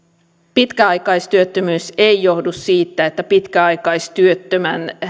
pitkäaikaistyöttömyys ei johdu siitä että pitkäaikaistyöttömän